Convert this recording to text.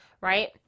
right